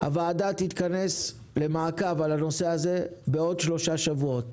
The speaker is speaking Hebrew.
הוועדה תתכנס למעקב על הנושא הזה בעוד 3 שבועות.